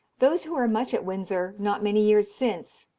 those who were much at windsor, not many years since,